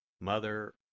Mother